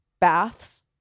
baths